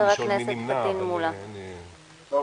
רוב